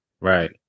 Right